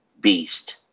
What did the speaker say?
beast